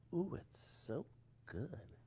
ooh it's so good!